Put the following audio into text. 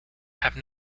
have